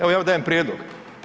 Evo ja vam dajem prijedlog.